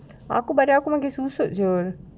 aku badan aku makin susut [siol]